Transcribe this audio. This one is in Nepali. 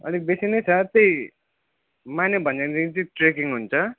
अलिक बेसी नै छ त्यही माने भन्ज्याङदेखि चाहिँ ट्रेकिङ हुन्छ